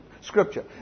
scripture